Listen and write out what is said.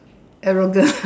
arrogant